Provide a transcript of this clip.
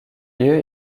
lieu